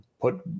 put